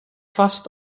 vast